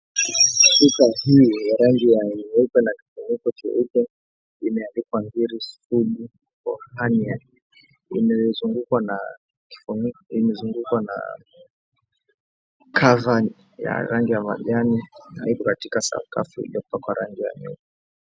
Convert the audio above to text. Chupa hii ya rangi nyeupe na funiko ya rangi nyeupe imeandikiwa Ngiri sugu imezungukwa na kava ya rangi ya majani na iko kwa sakafu iliopakwa nyeupe.